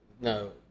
No